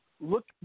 Look